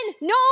no